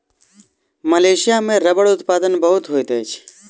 Malaysia में रबड़ उत्पादन बहुत होइत अछि